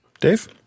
Dave